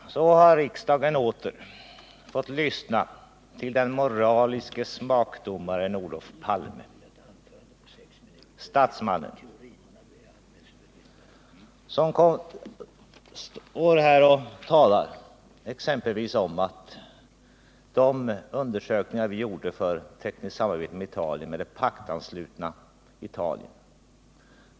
Herr talman! Så har riksdagen åter fått lyssna till den moraliske smakdomaren Olof Palme — statsmannen som står här och talar om de undersökningar vi gjorde beträffande tekniskt samarbete med ”det paktanslutna Italien”.